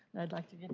would like to give